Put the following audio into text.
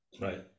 Right